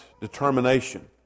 determination